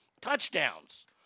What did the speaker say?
Touchdowns